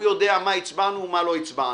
הוא יודע מה הצבענו ומה לא הצבענו.